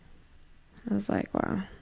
i was like wow.